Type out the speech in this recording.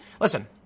Listen